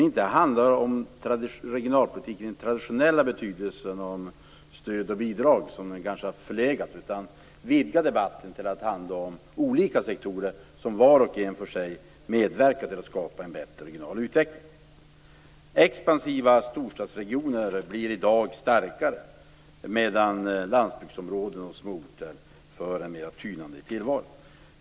Dessa handlar inte om regionalpolitik i den traditionella betydelsen av stöd och bidrag, som kanske är förlegad, utan i dem vidgas debatten till att handla om olika sektorer som var och en för sig medverkar till att skapa en bättre regional utveckling. De expansiva storstadsregionerna blir i dag starkare, medan landsbygdsområden och småorter för en mera tynande tillvaro.